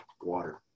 water